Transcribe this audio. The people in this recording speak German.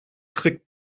trick